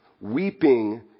Weeping